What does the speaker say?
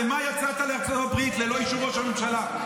למה יצאת לארצות הברית ללא אישור ראש הממשלה?